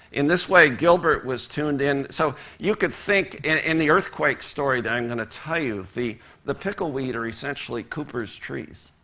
in this way, gilbert was tuned in. so you could think in in the earthquake story that i'm going to tell you, the the pickleweed are essentially cooper's trees.